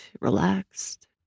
relaxed